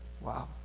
Wow